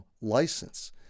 license